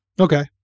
Okay